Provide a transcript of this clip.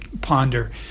ponder